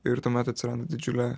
ir tuomet atsiranda didžiulė